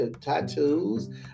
tattoos